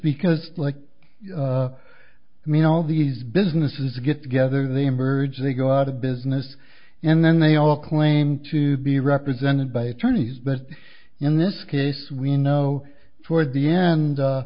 because like i mean all these businesses get together they merge they go out of business and then they all claim to be represented by attorneys that in this case we know toward the end